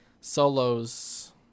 solos